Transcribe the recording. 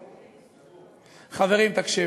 חברים, תקשיבו: